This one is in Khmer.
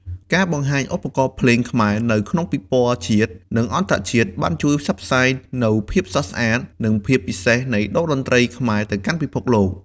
ការបង្ហាញឧបករណ៍ភ្លេងខ្មែរនៅក្នុងពិព័រណ៍ជាតិ និងអន្តរជាតិបានជួយផ្សព្វផ្សាយនូវភាពស្រស់ស្អាត និងភាពពិសេសនៃតូរ្យតន្ត្រីខ្មែរទៅកាន់ពិភពលោក។